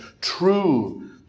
true